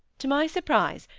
to my surprise,